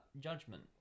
judgment